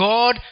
God